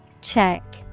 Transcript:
Check